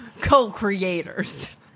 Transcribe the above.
co-creators